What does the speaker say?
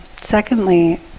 Secondly